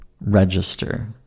register